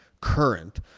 current